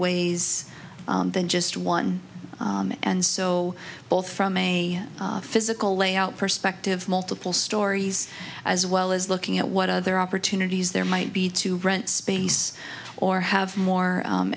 ways than just one and so both from a physical layout perspective multiple stories as well as looking at what other opportunities there might be to rent space or have more